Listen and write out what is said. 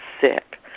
sick